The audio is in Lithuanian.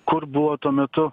kur buvo tuo metu